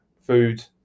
food